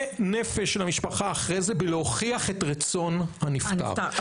נפש של המשפחה אחרי זה בלהוכיח את רצון הנפטר.